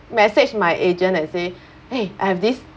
message my agent and say !hey! I have this